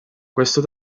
questo